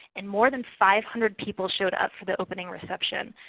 and more than five hundred people showed up for the opening reception.